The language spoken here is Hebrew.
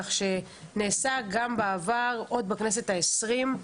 כך שנעשו גם בעבר, עוד בכנסת העשרים,